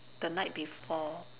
the night before